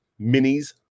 Minis